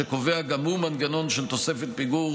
שקובע גם הוא מנגנון של תוספת פיגור